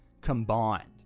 combined